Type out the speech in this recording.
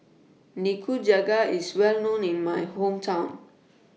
Nikujaga IS Well known in My Hometown